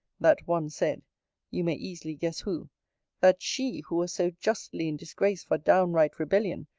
that one said you may easily guess who that she, who was so justly in disgrace for downright rebellion,